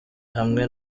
hamwe